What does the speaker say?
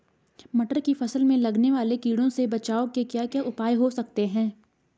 मटर की फसल में लगने वाले कीड़ों से बचाव के क्या क्या उपाय हो सकते हैं?